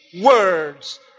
words